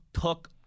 took